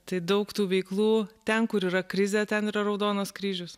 tai daug tų veiklų ten kur yra krizė ten yra raudonas kryžius